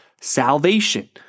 salvation